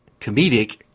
comedic